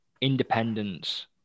independence